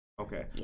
Okay